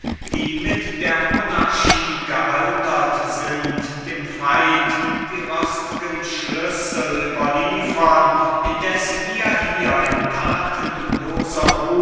die mit der monarchie gealtert sind dem feind die rostgen schlüssel überliefern indes wir hier in tatenloser ruh